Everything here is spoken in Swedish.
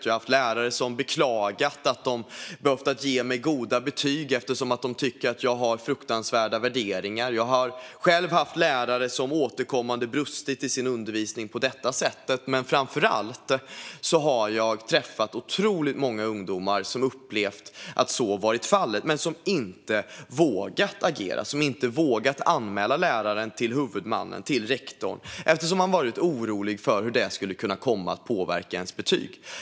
Jag har haft lärare som beklagat att de behövt ge mig goda betyg eftersom de tycker att jag har fruktansvärda värderingar. Jag har själv haft lärare som återkommande brustit i sin undervisning på detta sätt. Men framför allt har jag träffat otroligt många ungdomar som också upplevt att så varit fallet men som inte vågat agera - som inte vågat anmäla läraren till huvudmannen, till rektorn, eftersom de varit oroliga för hur det skulle kunna komma att påverka deras betyg.